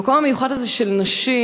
מהמקום המיוחד הזה של נשים